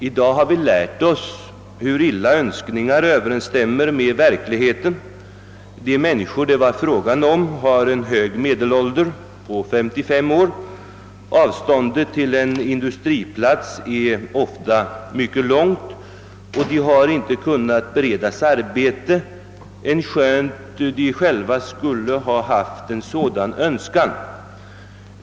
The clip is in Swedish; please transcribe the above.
I dag har vi lärt oss hur illa önskningar överensstämmer med verkligheten. De människor det var fråga om har en hög medelålder på 55 år, avståndet till en industriplats är ofta mycket långt, och de har inte kunnat beredas arbete, änskönt de själva skulle ha haft en sådan önskan.